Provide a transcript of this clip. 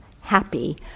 happy